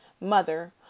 mother